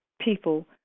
people